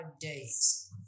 days